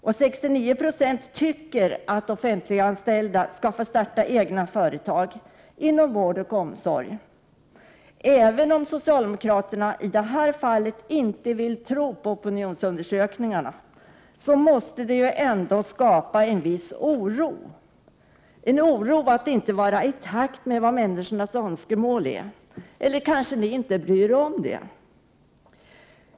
69 96 tycker att offentliganställda skall få starta egna företag inom vård och omsorg. Även om socialdemokraterna i det här fallet inte vill tro på opinionsundersökningar, måste det ändå skapa en viss oro — en oro för att inte vara i takt med människornas önskemål. Eller bryr ni er kanske inte om det?